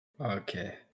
Okay